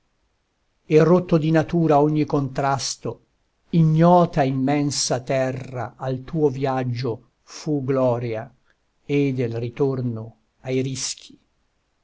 e rotto di natura ogni contrasto ignota immensa terra al tuo viaggio fu gloria e del ritorno ai rischi